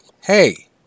Hey